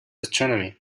astronomy